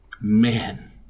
man